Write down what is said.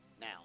now